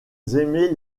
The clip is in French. aimez